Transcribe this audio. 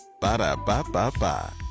Ba-da-ba-ba-ba